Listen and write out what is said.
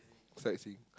sightseeing